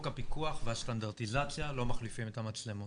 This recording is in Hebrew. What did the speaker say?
הפיקוח והסטנדרטיזציה לא מחליפים את המצלמות.